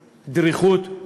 דריכות,